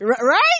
right